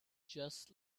just